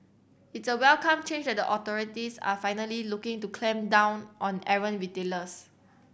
it's a welcome change that the authorities are finally looking to clamp down on errant retailers